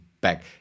back